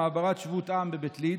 למעברת שבות עם בבית ליד.